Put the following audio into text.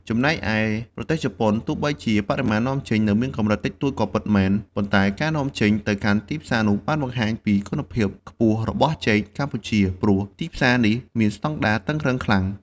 ចំណែកឯប្រទេសជប៉ុន ទោះបីបរិមាណនាំចេញនៅមានកម្រិតតិចតួចក៏ពិតមែន ប៉ុន្តែការនាំចេញទៅកាន់ទីនោះបានបង្ហាញពីគុណភាពខ្ពស់របស់ចេកកម្ពុជា ព្រោះទីផ្សារនេះមានស្តង់ដារតឹងរ៉ឹងខ្លាំង។